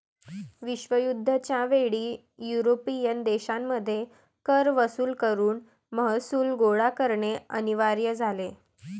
विश्वयुद्ध च्या वेळी युरोपियन देशांमध्ये कर वसूल करून महसूल गोळा करणे अनिवार्य झाले